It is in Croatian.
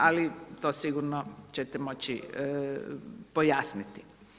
Ali to sigurno ćete moći pojasniti.